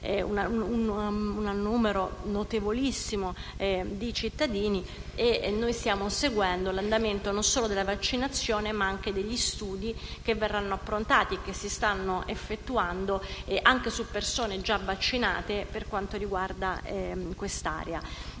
veramente notevole di cittadini, e stiamo seguendo l'andamento non solo della vaccinazione, ma anche degli studi che verranno approntati e che si stanno effettuando, anche su persone già vaccinate, per quanto riguarda quest'area.